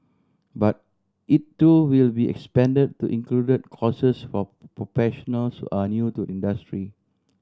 but it too will be expanded to include courses for professionals are new to the industry